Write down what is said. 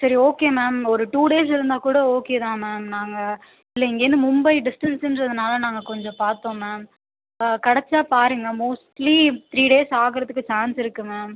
சரி okay ma'am ஒரு two days இருந்தால் கூட ஓகே தான் மேம் நாங்கள் இல்லை இங்கேருந்து மும்பை டிஸ்டன்ஸ்ன்றதுதால் நாங்கள் கொஞ்சம் பார்த்தோம் மேம் கிடைத்தால் பாருங்கள் மோஸ்ட்லி த்ரீ டேஸ் ஆகுறதுக்கு சான்ஸ் இருக்கு மேம்